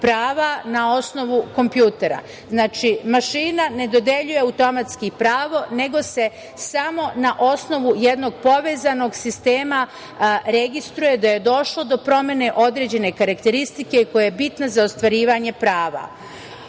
prava na osnovu kompjutera. Znači, mašina ne dodeljuje automatski pravo, nego se samo na osnovu jednog povezanog sistema registruje da je došlo do promene određene karakteristike koja je bitna za ostvarivanje prava. Ta